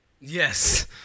yes